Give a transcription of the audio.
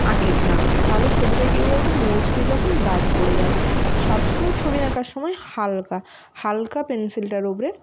আঁকিস না তাহলে ছবিটা কি বল তো মুছবি যখন দাগ পড়ে যাবে সবসময় ছবি আঁকার সময় হালকা হালকা পেনসিলটা রগড়ে